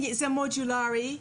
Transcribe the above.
זה מודולרי.